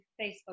Facebook